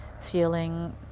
feeling